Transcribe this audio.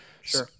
Sure